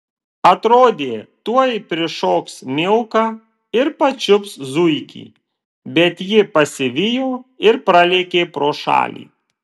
atrodė tuoj prišoks milka ir pačiups zuikį bet ji pasivijo ir pralėkė pro šalį